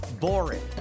boring